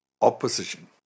opposition